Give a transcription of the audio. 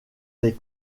les